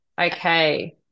Okay